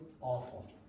awful